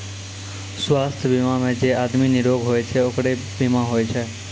स्वास्थ बीमा मे जे आदमी निरोग होय छै ओकरे बीमा होय छै